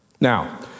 Now